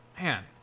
man